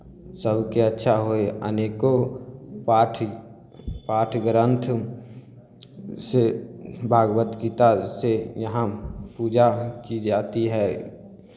सभके अच्छा होय अनेको पाठ्य पाठ्य ग्रन्थसँ भागवत गीतासँ यहाँ पूजा की जाती है